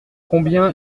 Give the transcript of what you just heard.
combien